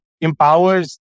empowers